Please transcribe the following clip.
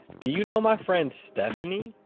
do you know my friend stephanie?